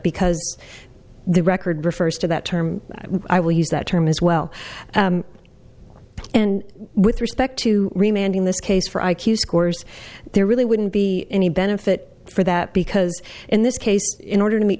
because the record refers to that term i will use that term as well and with respect to remaining this case for i q scores there really wouldn't be any benefit for that because in this case in order to m